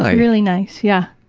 ah really nice. yeah.